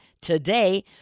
today